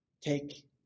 take